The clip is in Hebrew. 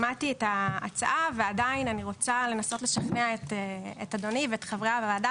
שמעתי את ההצעה ועדיין אני רוצה לנסות לשכנע את אדוני ואת חברי הוועדה